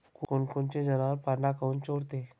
कोनकोनचे जनावरं पाना काऊन चोरते?